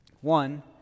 One